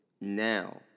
Now